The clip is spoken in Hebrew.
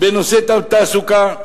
בנושא תעסוקה,